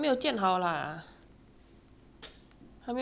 还没有建好 but 有五个房间